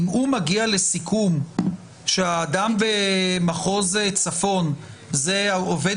אם הוא מגיע לסיכום שהאדם במחוז צפון הוא עובד